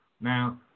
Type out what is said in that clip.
Now